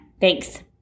Thanks